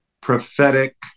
prophetic